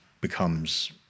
becomes